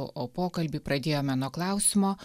o pokalbį pradėjome nuo klausimo